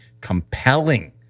compelling